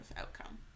outcome